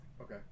Okay